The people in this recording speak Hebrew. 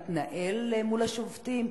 מתנהל מול השובתים?